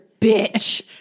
bitch